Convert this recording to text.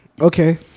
Okay